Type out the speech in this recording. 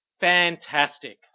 fantastic